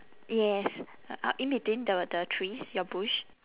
yes uh uh in between the the trees your bush